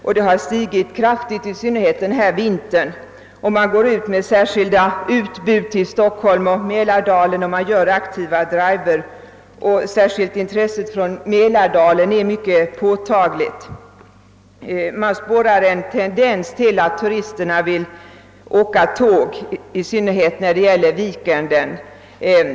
Den har varit särskilt kraftig denna vinter, och man har gått ut med särskilda utbud till Stockholm och Mälardalen. Det görs aktiva driver. Särskilt påtagligt är intresset i Mälardalen. Det spåras en tendens till att turisterna vill åka tåg, i synnerhet under veckosluten.